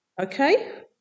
Okay